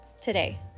today